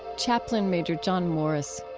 chaplain major john morris.